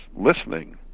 listening